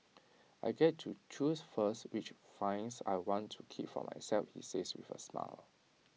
I get to choose first which vinyls I want to keep for myself he says with A smile